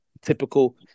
typical